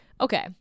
okay